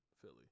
Philly